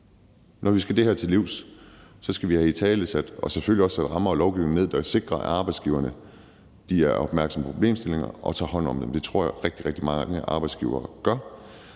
Når vi skal det her til livs, skal vi have italesat – og selvfølgelig også have sat rammer og lovgivning ned, der sikrer det – at arbejdsgiverne er opmærksomme på problemstillingerne og tager hånd om dem. Det tror jeg rigtig, rigtig mange arbejdsgivere gør.